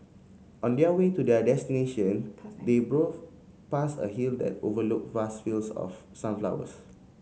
on their way to their destination they past a hill that overlooked vast fields of sunflowers